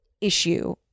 issue